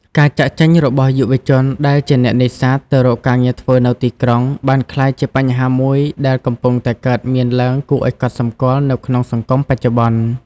ការចាកចេញរបស់យុវជនដែលជាអ្នកនេសាទទៅរកការងារធ្វើនៅទីក្រុង បានក្លាយជាបញ្ហាមួយដែលកំពុងតែកើតមានឡើងគួរឲ្យកត់សម្គាល់នៅក្នុងសង្គមបច្ចុប្បន្ន។